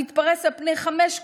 המתפרס על פני חמש קומות,